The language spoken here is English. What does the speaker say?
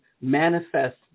manifest